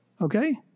Okay